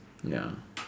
ya